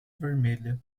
vermelha